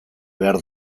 behar